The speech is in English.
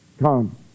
Come